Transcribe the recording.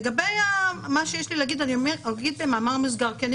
לגבי מה שיש לי להגיד אני אומר במאמר מוסגר כי אני